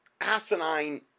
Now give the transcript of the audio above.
asinine